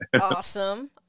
Awesome